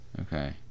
Okay